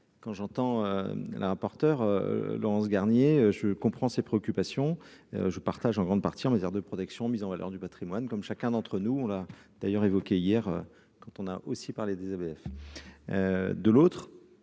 quand j'entends la porteur Laurence Garnier je comprends ses préoccupations, je partage en grande partie en matière de protection mise en valeur du Patrimoine comme chacun d'entre nous, on l'a d'ailleurs évoqué hier quand on a aussi parlé des ABF, de l'autre,